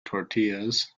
tortillas